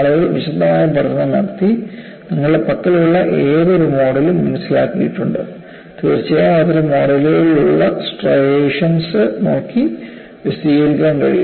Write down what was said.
ആളുകൾ വിശദമായ പഠനം നടത്തി നിങ്ങളുടെ പക്കലുള്ള ഏതൊരു മോഡലും മനസിലാക്കിയിട്ടുണ്ട് തീർച്ചയായും അത്തരം മോഡലുകളിൽ ഉള്ള സ്ട്രൈയേഷൻസ് നോക്കി വിശദീകരിക്കാൻ കഴിയും